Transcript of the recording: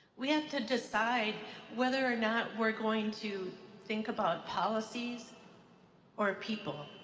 we have to decide whether or not we're going to think about policies or people.